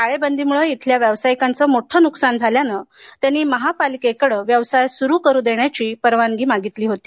टाळेबंदीमुळे येथील व्यावसायिकांचे मोठं नुकसान झाल्याने त्यांनी महापालिकेकडे व्यवसाय चालू करण्याची परवानगी मागितली होती